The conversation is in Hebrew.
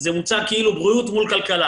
זה מוצג כאילו בריאות מול כלכלה.